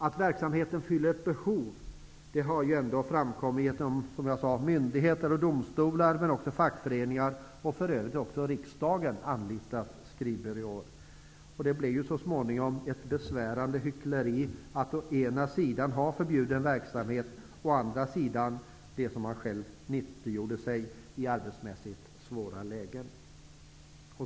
Att verksamheten fyller ett behov har framkommit, genom att myndigheter och domstolar men också fackföreningar, och för övrigt också riksdagen, har anlitat skrivbyråer. Det blir så småningom ett besvärande hyckleri, att å ena sidan förbjuda en verksamhet och å andra sidan själv nyttiggöra sig av den i arbetsmässigt svåra lägen.